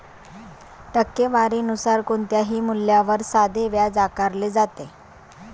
टक्केवारी नुसार कोणत्याही मूल्यावर साधे व्याज आकारले जाते